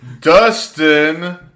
Dustin